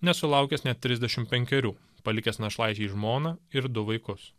nesulaukęs net trisdešim penkerių palikęs našlaičiais žmoną ir du vaikus